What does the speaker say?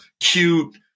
cute